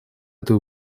этой